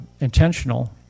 intentional